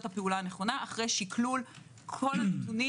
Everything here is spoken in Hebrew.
הפעולה הנכונה אחרי שקלול כל הנתונים,